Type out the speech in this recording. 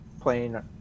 Playing